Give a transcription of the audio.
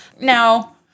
Now